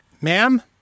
Ma'am